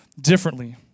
differently